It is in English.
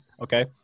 Okay